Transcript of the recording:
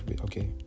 Okay